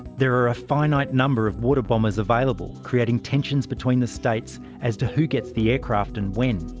there are a finite number of water bombers available creating tensions between the states as to who gets the aircraft and when.